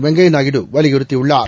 வெங்கையநாயுடு வலியுறுத்தியுள்ளார்